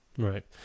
Right